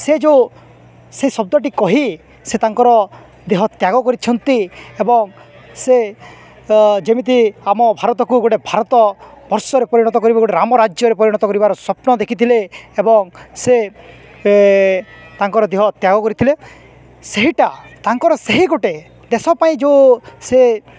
ସେ ଯେଉଁ ସେ ଶବ୍ଦଟି କହି ସେ ତାଙ୍କର ଦେହ ତ୍ୟାଗ କରିଛନ୍ତି ଏବଂ ସେ ଯେମିତି ଆମ ଭାରତକୁ ଗୋଟେ ଭାରତ ବର୍ଷରେ ପରିଣତ କରିବ ଗୋଟେ ରାମ ରାଜ୍ୟରେ ପରିଣତ କରିବାର ସ୍ୱପ୍ନ ଦେଖିଥିଲେ ଏବଂ ସେ ତାଙ୍କର ଦେହ ତ୍ୟାଗ କରିଥିଲେ ସେହିଟା ତାଙ୍କର ସେହି ଗୋଟେ ଦେଶ ପାଇଁ ଯେଉଁ ସେ